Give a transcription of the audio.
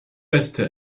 beste